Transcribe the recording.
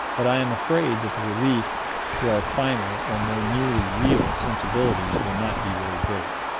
but i am afraid that the relief to our finer, or more nearly real, sensibilities will not be very great.